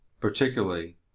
particularly